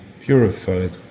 purified